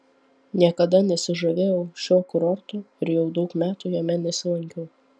niekada nesižavėjau šiuo kurortu ir jau daug metų jame nesilankiau